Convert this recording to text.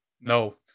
No